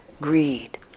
greed